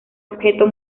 objeto